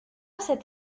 cet